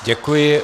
Děkuji.